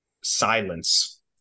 silence